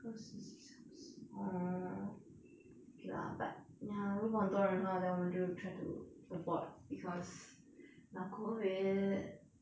二十四小时 orh okay lah but ya 如果很多人的话 then 我们就 try to avoid because now COVID